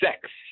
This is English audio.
sex